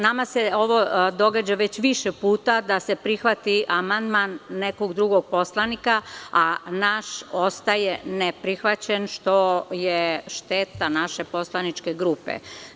Nama se ovo dešavalo više puta, da se prihvati amandman nekog drugog poslanika, a naš ostane neprihvaćen, što je šteta naše poslaničke grupe.